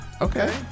okay